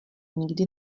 nikdy